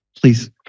please